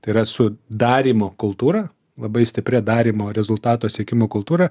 tai yra su darymo kultūrą labai stiprią darymo rezultato siekimo kultūra